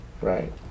right